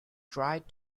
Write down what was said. tried